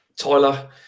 Tyler